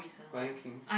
Lion-King